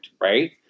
right